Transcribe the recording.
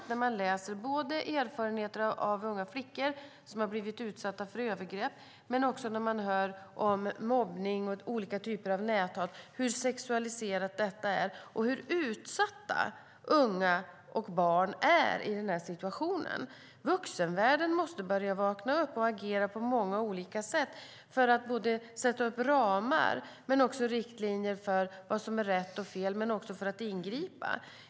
När man läser om erfarenheter från unga flickor som blivit utsatta för övergrepp och hör om mobbning och olika typer av näthat är det bekymmersamt hur sexualiserat detta är och hur utsatta unga och barn är i sådana situationer. Vuxenvärlden måste börja vakna upp och agera på många olika sätt för att sätta upp ramar och riktlinjer för vad som är rätt och fel och ingripa.